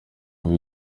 kuva